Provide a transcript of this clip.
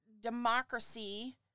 democracy